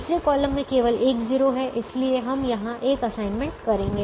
तीसरे कॉलम में केवल एक 0 है इसलिए हम यहां एक असाइनमेंट करेंगे